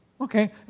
Okay